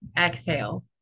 Exhale